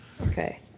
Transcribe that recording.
Okay